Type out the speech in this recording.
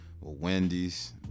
Wendy's